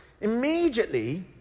Immediately